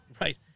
Right